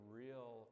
real